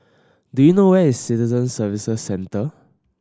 do you know where is Citizen Services Centre